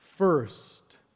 First